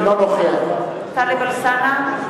אינו נוכח טלב אלסאנע,